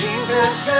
Jesus